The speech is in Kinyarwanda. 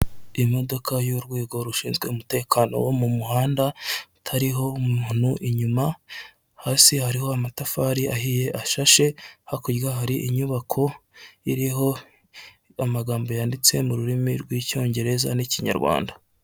Imodoka y'urwego rushinzwe umutekano wo mu muhanda itariho umuntu inyuma, hasi hariho amatafari ahiye ashashe, hakurya hari inyubako iriho amagambo yanditse mu rurimi rw'icyongereza n'ikinyarwanda.